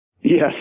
Yes